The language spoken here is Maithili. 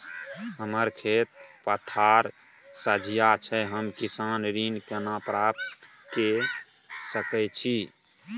हमर खेत पथार सझिया छै हम किसान ऋण केना प्राप्त के सकै छी?